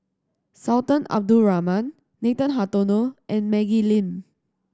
Sultan Abdul Rahman Nathan Hartono and Maggie Lim